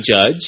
judge